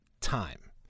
time